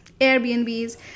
Airbnbs